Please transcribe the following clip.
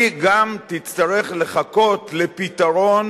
היא גם תצטרך לחכות לפתרון